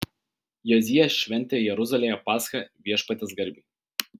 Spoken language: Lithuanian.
jozijas šventė jeruzalėje paschą viešpaties garbei